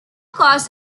costs